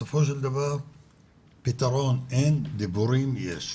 בסופו של דבר פתרון אין, דיבורים יש.